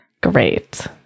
Great